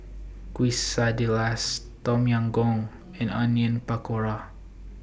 Quesadillas Tom Yam Goong and Onion Pakora